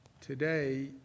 Today